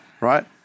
Right